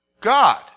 god